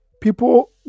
People